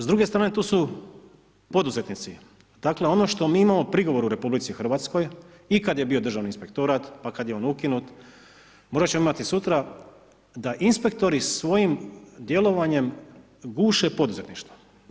S druge strane tu su poduzetnici, dakle ono što mi imamo prigovor u RH i kad je bio državni inspektorat, pa kad je on ukinut, možda ćemo imati sutra, da inspektori svojim djelovanjem guše poduzetništvo.